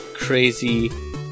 crazy